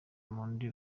mundi